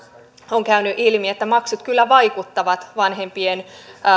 on käynyt ilmi että maksut kyllä vaikuttavat vanhempien